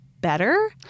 better